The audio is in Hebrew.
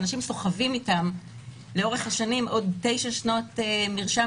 ואנשים סוחבים איתם לאורך השנים עוד תשע שנות מרשם